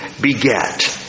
beget